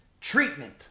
treatment